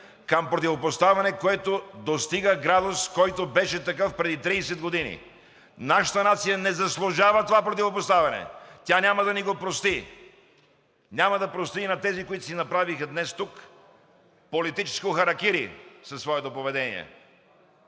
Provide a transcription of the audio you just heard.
към противопоставяне, което достига градус, който беше такъв преди 30 години. Нашата нация не заслужава това противопоставяне. Тя няма да ни го прости. Няма да прости и на тези, които си направиха днес тук политическо харакири със своето поведение.